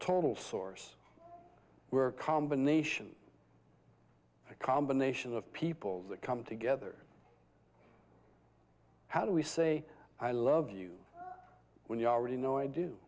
total source we're a combination a combination of people that come together how do we say i love you when you already know i do